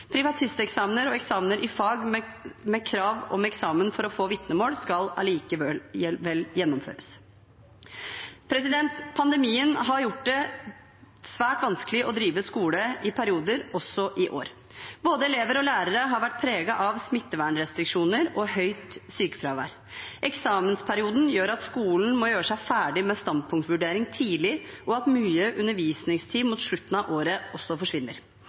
Privatisteksamener og eksamener i fag med krav om eksamen for å få vitnemål skal allikevel gjennomføres. Pandemien har gjort det svært vanskelig å drive skole i perioder, også i år. Både elever og lærere har vært preget av smittevernrestriksjoner og høyt sykefravær. Eksamensperioden gjør at skolen må gjøre seg ferdig med standpunktvurdering tidlig, og at mye undervisningstid mot slutten av året også forsvinner.